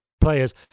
players